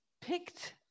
picked